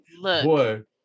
Look